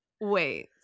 wait